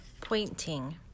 Pointing